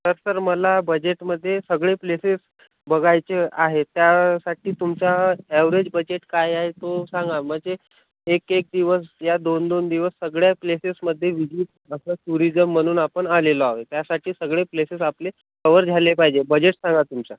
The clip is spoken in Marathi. तर सर मला बजेटमध्ये सगळे प्लेसेस बघायचे आहे त्यासाठी तुमचा ॲवरेज बजेट काय आहे तो सांगा म्हणजे एक एक दिवस या दोन दोन दिवस सगळ्या प्लेसेसमध्ये व्हिजिट असं टुरिजम म्हणून आपण आलेलो आहे त्यासाठी सगळे प्लेसेस आपले कवर झाले पाहिजे बजेट सांगा तुमचा